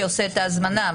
שעושה את ההזמנה,